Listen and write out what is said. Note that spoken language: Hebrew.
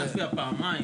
3 נגד,